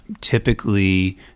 Typically